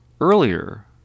earlier